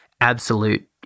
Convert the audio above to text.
absolute